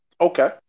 Okay